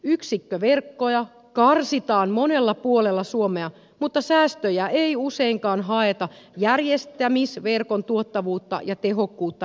yksikköverkkoja karsitaan monella puolella suomea mutta säästöjä ei useinkaan haeta järjestämisverkon tuottavuutta ja tehokkuutta nostamalla